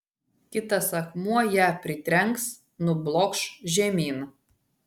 kitas akmuo ją pritrenks nublokš žemyn